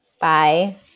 Bye